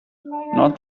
not